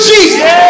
Jesus